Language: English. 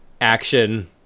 action